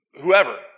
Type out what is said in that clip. whoever